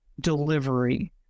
delivery